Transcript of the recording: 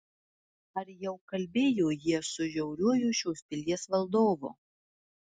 ar jau kalbėjo jie su žiauriuoju šios pilies valdovu